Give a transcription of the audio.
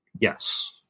Yes